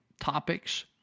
topics